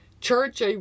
church